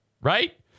Right